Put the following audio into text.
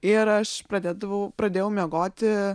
ir aš pradėdavau pradėjau miegoti